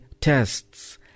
tests